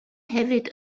hefyd